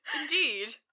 Indeed